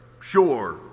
Sure